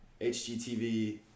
HGTV